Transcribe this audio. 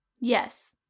Yes